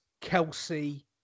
Kelsey